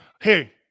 Hey